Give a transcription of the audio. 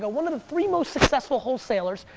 ah one of the three most successful wholesalers,